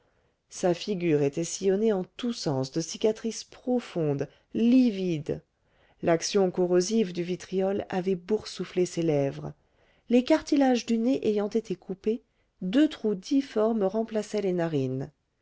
sa figure était sillonnée en tous sens de cicatrices profondes livides l'action corrosive du vitriol avait boursouflé ses lèvres les cartilages du nez ayant été coupés deux trous difformes remplaçaient les narines